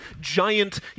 giant